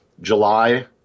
July